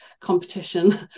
competition